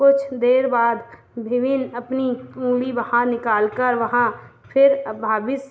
कुछ देर बाद विभिन्न अपनी ऊँगली बाहर निकालकर वहाँ फिर अभाविस